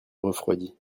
refroidit